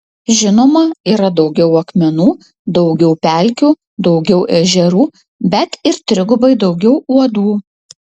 žinoma yra daugiau akmenų daugiau pelkių daugiau ežerų bet ir trigubai daugiau uodų